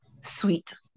sweet